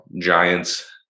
giants